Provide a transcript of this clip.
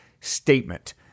statement